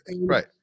Right